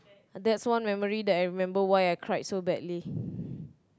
that's I memory that I remember why I cried so badly